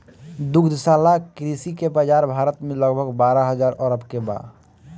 दुग्धशाला कृषि के बाजार भारत में लगभग बारह हजार अरब के बा